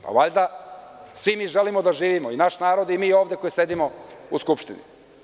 Pa, valjda svi mi želimo da živimo, i naš narod i mi ovde koji sedimo u Skupštini.